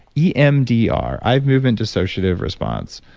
emdr, eye movement dissociative response.